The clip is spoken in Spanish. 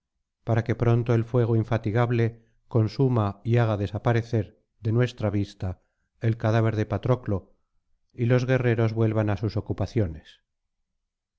para que pronto el fuego infatigable consuma y haga desaparecer de nuestra vista el cadáver de patroclo y los guerreros vuelvan á sus ocupaciones